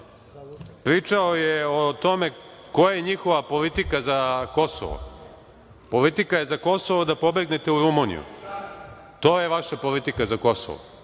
je o tome koja je njihova politika za Kosovo. Politika za Kosovo je da pobegnete u Rumuniju. To je vaša politika za Kosovo.